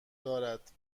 دارد